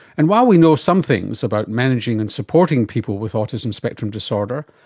and while we know some things about managing and supporting people with autism spectrum disorder,